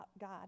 God